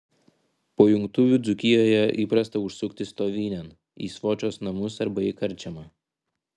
po jungtuvių dzūkijoje įprasta užsukti stovynėn į svočios namus arba į karčiamą